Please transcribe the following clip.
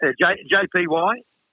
JPY